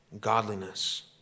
godliness